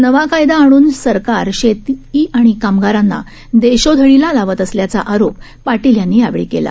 नवा कायदा आणून सरकार शेती अणि कामगारांना देशोधडीला लावत असल्याचा आरोप पाटील यांनी यावेळी केला